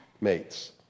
mates